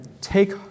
Take